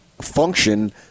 function